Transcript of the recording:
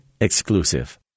exclusive